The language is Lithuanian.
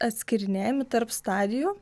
atskirinėjami tarp stadijų